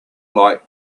light